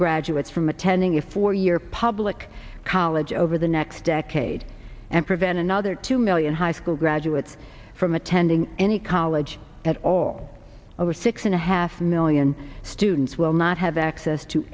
graduates from attending a four year public college over the next decade and prevent another two million high school graduates from attending any college at all over six and a half million students will not have access to